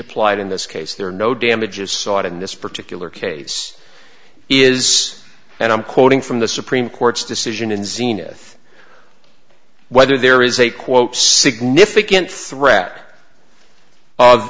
applied in this case there are no damages sought in this particular case is and i'm quoting from the supreme court's decision in zenith whether there is a quote significant threat of